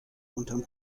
unterm